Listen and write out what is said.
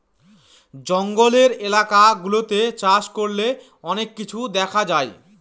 জঙ্গলের এলাকা গুলাতে চাষ করলে অনেক কিছু দেখা যায়